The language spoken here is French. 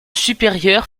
supérieur